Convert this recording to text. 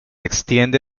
extiende